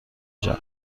جان